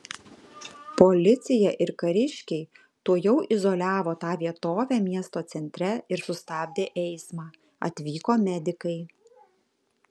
policija ir kariškiai tuojau izoliavo tą vietovę miesto centre ir sustabdė eismą atvyko medikai